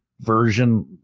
version